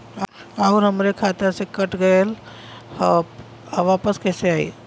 आऊर हमरे खाते से कट गैल ह वापस कैसे आई?